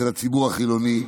של הציבור החילוני,